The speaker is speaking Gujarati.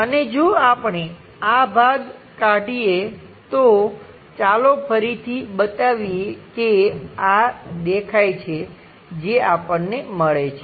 અને જો આપણે આ ભાગ કાઢીએ તો ચાલો ફરીથી બતાવીએ કે આ દેખાવ છે જે આપણને મળે છે